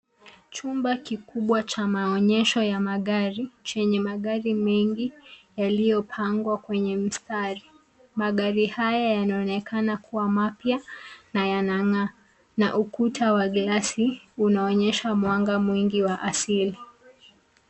Chumba kikubwa cha maonyesho ya magari chenye magari mengi yaliyopangwa kwenye mstari. Magari haya yanaonekana kuwa mapya na yanangaa na ukuta wa glasi unaonyesha mwanga mwingi wa asili.